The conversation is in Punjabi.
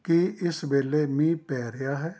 ਕੀ ਇਸ ਵੇਲੇ ਮੀਂਹ ਪੈ ਰਿਹਾ ਹੈ